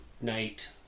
night